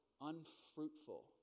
unfruitful